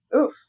oof